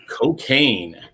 cocaine